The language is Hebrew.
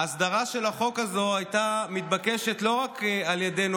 ההסדרה של החוק הזה הייתה מתבקשת לא רק על ידינו,